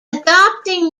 adopting